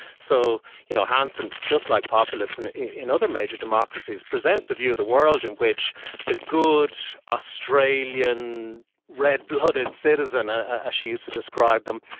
so you know hanson, just like populists and in other major democracies, presents a view of the world in which the good australian red-blooded citizen, as ah ah she used to describe them,